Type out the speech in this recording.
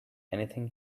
anything